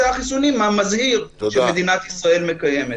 החיסונים המזהיר שמדינת ישראל מקיימת.